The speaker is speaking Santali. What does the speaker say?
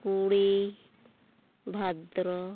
ᱠᱩᱲᱤᱭ ᱵᱷᱟᱫᱨᱚ